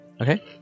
Okay